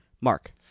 Mark